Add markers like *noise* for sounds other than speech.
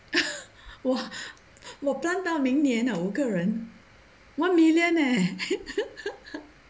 !wah! !wah! plant 到明年 ah 五个人 one million leh *laughs*